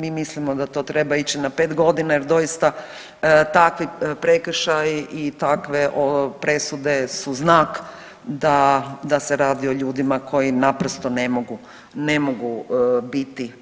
Mi mislimo da to treba ići na pet godina, jer doista takvi prekršaji i takve presude su znak da se radi o ljudima koji naprosto ne mogu biti